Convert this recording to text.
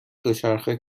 دوچرخه